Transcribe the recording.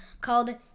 called